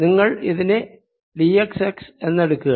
നിങ്ങൾ ഇതിനെ d x x എന്ന് എടുക്കുക